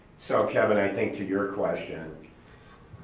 so, kevin, i think to your question